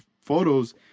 photos